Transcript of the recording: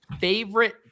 favorite